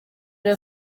bari